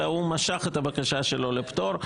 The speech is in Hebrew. אלא הוא משך את הבקשה שלו לפטור,